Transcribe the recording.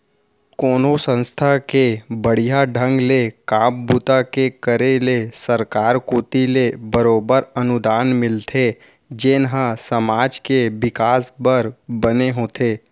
कोनो संस्था के बड़िहा ढंग ले काम बूता के करे ले सरकार कोती ले बरोबर अनुदान मिलथे जेन ह समाज के बिकास बर बने होथे